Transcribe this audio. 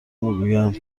میگویند